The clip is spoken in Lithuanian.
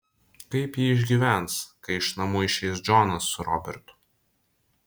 kaip ji išgyvens kai iš namų išeis džonas su robertu